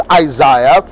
Isaiah